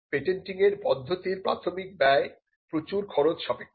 পেটেন্টিংয়ের পদ্ধতির প্রাথমিক ব্যয় প্রচুর খরচসাপেক্ষ